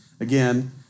again